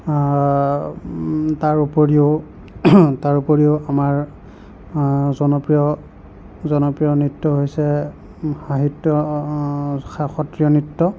তাৰোপৰিও তাৰোপৰিও আমাৰ জনপ্ৰিয় জনপ্ৰিয় নৃত্য হৈছে সাহিত্য সা সত্ৰীয়া নৃত্য